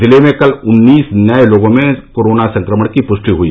जिले में कल उन्नीस नए लोगों में कोरोना संक्रमण की पृष्टि हुई